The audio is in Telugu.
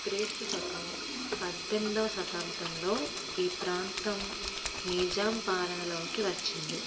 క్రీస్తు శకం పద్దెనిమిదోవ శతాబ్దంలో ఈ ప్రాంతం నిజాం పాలనలోకి వచ్చింది